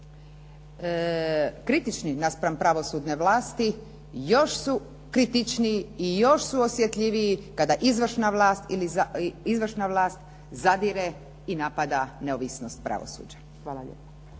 kritični naspram pravosudne vlasti, još su kritičniji i još su osjetljiviji kada izvršna vlast zadire i napada neovisnost pravosuđa. Hvala lijepo.